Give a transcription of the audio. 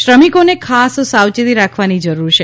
શ્રમિકોને ખાસ સાવયેતી રાખવાની જરૂર છે